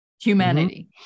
humanity